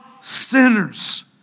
sinners